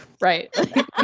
right